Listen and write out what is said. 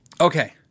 Okay